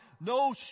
no